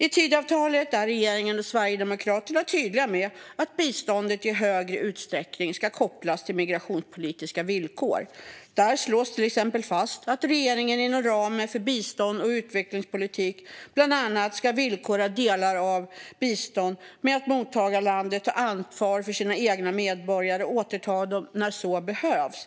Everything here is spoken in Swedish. I Tidöavtalet är regeringen och Sverigedemokraterna tydliga med att biståndet i högre utsträckning ska kopplas till migrationspolitiska villkor. Där slås till exempel fast att regeringen inom ramen för bistånds och utvecklingspolitiken bland annat ska "villkora delar av bistånd med att mottagarlandet tar ansvar för sina egna medborgare och återtar dem när så behövs".